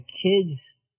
kids